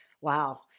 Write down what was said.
Wow